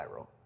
viral